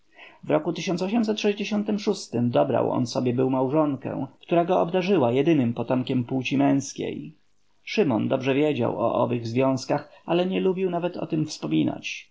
dobrał on sobie był małżonkę która go obdarzyła jedynym potomkiem płci męzkiej szymon dobrze wiedział o owych związkach ale nie lubił nawet o tem wspominać